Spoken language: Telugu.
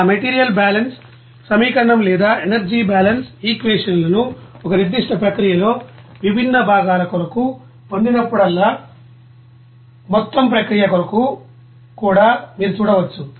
ఆ మెటీరియల్ బ్యాలెన్స్ సమీకరణం లేదా ఎనర్జీ బాలన్స్ ఈక్వేషన్స్ లను ఒక నిర్ధిష్ట ప్రక్రియలో విభిన్న భాగాల కొరకు పొందినప్పుడల్లా మొత్తం ప్రక్రియ కొరకు కూడా మీరు చూడవచ్చు